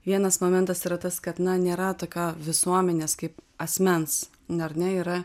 vienas momentas yra tas kad na nėra tokio visuomenės kaip asmens ar ne yra